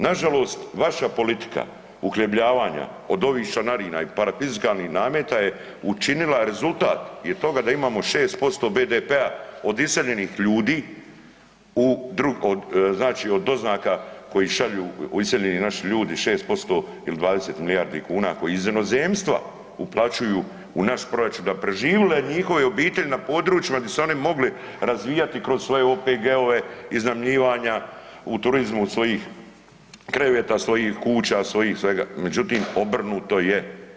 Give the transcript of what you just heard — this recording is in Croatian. Nažalost, vaša politika uhljebljavanja od ovih članarina i parafiskalnih nameta je učinila rezultat od toga da imamo 6% BDP-a od iseljenih ljudi od doznaka koji šalju iseljeni naši ljudi 6% ili 20 milijardi kuna koji iz inozemstva uplaćuju u naš proračun da bi preživile njihove obitelji na područjima gdje su se oni razvijati kroz svoje OPG-ove, iznajmljivanja u turizmu od svojih kreveta, svojih kuća, svojih svega, međutim obrnuto je.